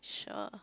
sure